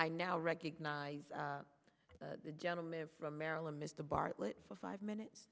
i now recognize the gentleman from maryland mr bartlett for five minutes